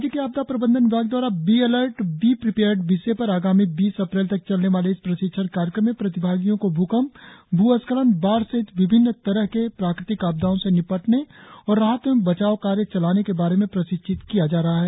राज्य के आपदा प्रबंधन विभाग दवारा बी अलर्ट बी प्रीपेयर्ड विषय पर आगामी बीस अप्रैल तक चलने वाले इस प्रशिक्षण कार्यक्रम में प्रतिभागियों को भ्रकंप भ्रस्खलन बाढ़ सहित विभिन्न तरह के प्राकृतिक आपदाओं से निपटने और राहत एवं बचाव कार्य चलाने के बारे में प्रशिक्षण किया जा रहा है